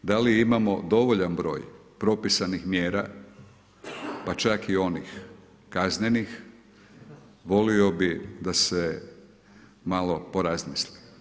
Da li imamo dovaljan broj propisanih mjera, pa čak i onih kaznenih, volio bi da se malo porazmisli.